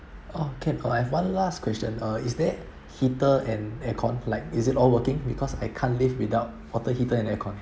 oh can uh I have one last question uh is there heater and aircon like is it all working because I can't live without water heater and aircon